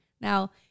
Now